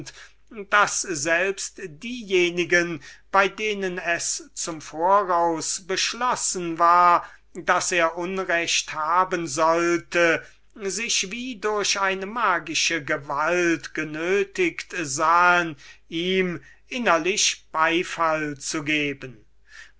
daß selbst diejenigen bei denen es zum voraus beschlossen war daß er unrecht haben sollte sich wie durch eine magische gewalt genötiget sahen ihm innerlich beifall zu geben